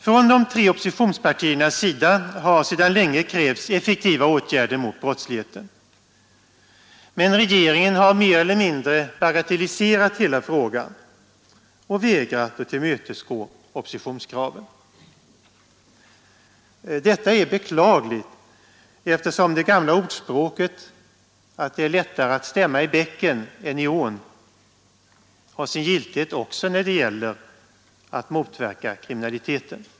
Från de tre oppositionspartiernas sida har sedan länge krävts effektiva åtgärder mot brottsligheten, men regeringen har mer eller mindre bagatelliserat frågan och vägrat att tillmötesgå oppositionskraven. Detta är beklagligt, eftersom det gamla ordspråket att det är lättare att stämma i bäcken än i ån har sin giltighet också när det gäller att motverka kriminalitet.